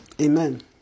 Amen